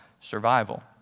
survival